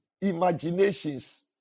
imaginations